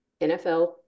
NFL